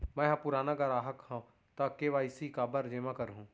मैं ह पुराना ग्राहक हव त के.वाई.सी काबर जेमा करहुं?